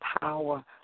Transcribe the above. power